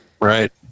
Right